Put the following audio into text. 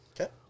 Okay